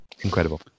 incredible